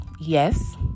yes